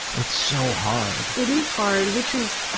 it's so hard. it is hard, which is.